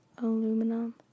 Aluminum